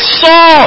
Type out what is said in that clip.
saw